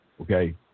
Okay